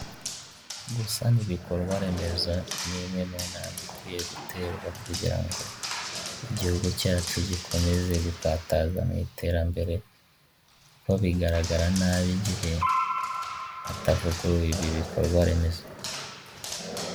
Gusana ibikorwaremezo ni imwe mu ntambwe ikwiye guterwa kugirango igihugu cyacu gikomeze gukataza mu iterambere, kuko bigaragara nabi igihe hatavuguruwe ibi bikorwa remezo.